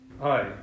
hi